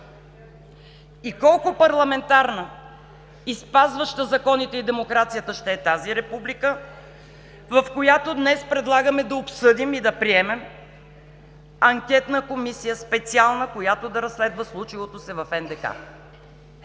Колко парламентарна и спазваща законите и демокрациите ще е тази република, в която днес предлагаме да обсъдим и приемем специална анкетна комисия, която да разследва случилото се в НДК?